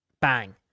bang